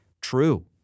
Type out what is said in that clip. true